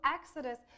Exodus